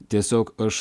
tiesiog aš